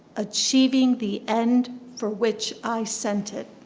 achieving the end for which i sent it.